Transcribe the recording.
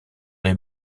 les